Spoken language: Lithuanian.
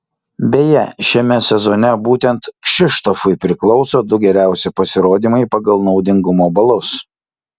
beje šiame sezone būtent kšištofui priklauso du geriausi pasirodymai pagal naudingumo balus